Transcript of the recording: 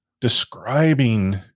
describing